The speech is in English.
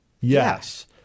Yes